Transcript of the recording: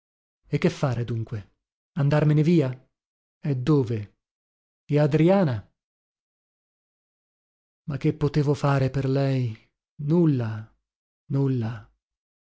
e che fare dunque andarmene via e dove e adriana ma che potevo fare per lei nulla nulla